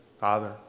Father